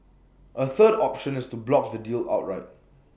A third option is to block the deal outright